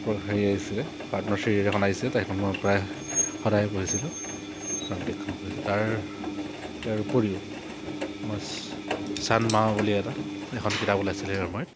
হেৰি আহিছিলে কাৰ্টুনৰ ছিৰিজ এখন আহিছিলে তাৰ মই প্ৰায় সদায় পঢ়িছিলোঁ প্ৰান্তিকখন পঢ়িছিলোঁ তাৰ ইয়াৰ উপৰিও মই চান মা বুলি এটা এখন কিতাপ ওলাইছিলে সেই সময়ত